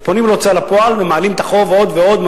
ופונים להוצאה לפועל ומעלים את החוב עוד ועוד,